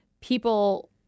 people